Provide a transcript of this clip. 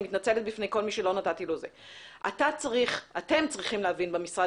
ואני מתנצלת בפניהן אתם צריכים להבין במשרד